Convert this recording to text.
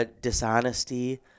dishonesty